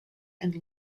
and